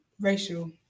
Racial